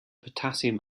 potassium